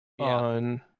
on